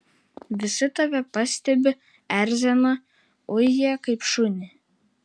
visi tave pastebi erzina uja kaip šunį